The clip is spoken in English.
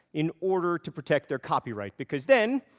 in order to protect their copyright, because then,